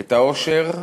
את העושר,